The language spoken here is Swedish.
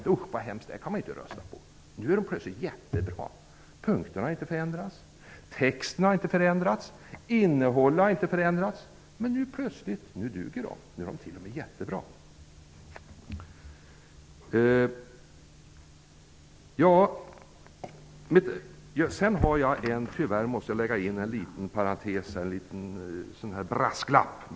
De sade att förslagen var så hemska att man inte kunde rösta på dem. Nu är förslagen plötsligt jättebra. Punkterna har inte förändrats. Texten har inte förändrats. Innehållet har inte förändrats. Men nu plötsligt duger de och är t.o.m. jättebra! Sedan måste jag lägga in en liten parentes, en brasklapp.